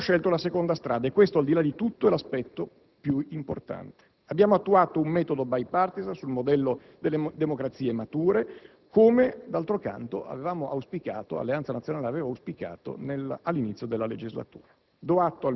Abbiamo scelto la seconda strada e questo, al di là di tutto, è l'aspetto più importante. Abbiamo attuato un metodo *bipartisan* sul modello delle democrazie mature, come d'altro canto Alleanza nazionale aveva auspicato all'inizio della legislatura.